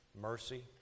mercy